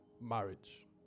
marriage